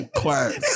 class